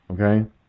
okay